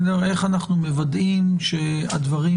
איך אנחנו מוודאים שהדברים